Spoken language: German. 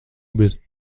bist